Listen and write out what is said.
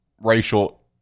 racial